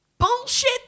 Bullshit